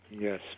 Yes